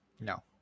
No